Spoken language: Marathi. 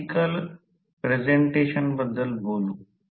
आता मी काय करू शकतो ते बनवल्यानंतर मी H वाढवण्याचा प्रयत्न करीत आहे